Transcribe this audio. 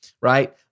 Right